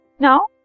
Now